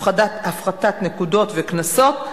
הפחתת נקודות וקנסות,